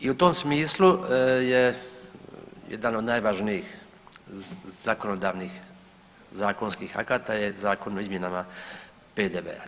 I u tom smislu je jedan od najvažnijih zakonodavnih, zakonskih akata je Zakon o izmjenama PDV-a.